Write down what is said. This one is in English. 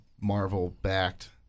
Marvel-backed